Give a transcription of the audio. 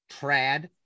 Trad